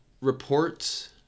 reports